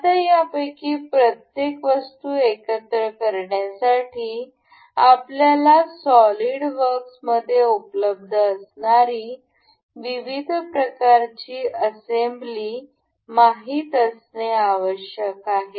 आता यापैकी प्रत्येक वस्तू एकत्र करण्यासाठी आपल्याला सॉलिडवर्क्समध्ये उपलब्ध असणारी विविध प्रकारची असेंब्ली माहित असणे आवश्यक आहे